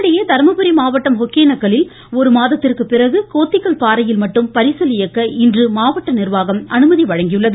இதனிடையே தர்மபுரி மாவட்டம் ஒகேனக்கலில் ஒரு மாதத்திற்கு பிறகு கோத்திகல் பாறையில் மட்டும் பரிசல் இயக்க இன்று மாவட்ட நிர்வாகம் அனுமதியளித்துள்ளது